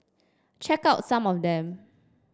check out some of them